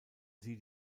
sie